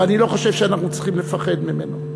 ואני לא חושב שאנחנו צריכים לפחד ממנו.